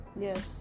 Yes